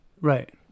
Right